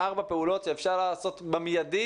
ארבע פעולות שאפשר לעשות במיידי